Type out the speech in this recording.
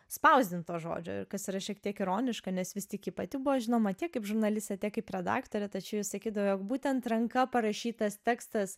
spausdinto žodžio ir kas yra šiek tiek ironiška nes vis tik ji pati buvo žinoma tiek kaip žurnalistė tiek kaip redaktorė tačiau ji sakydavo jog būtent ranka parašytas tekstas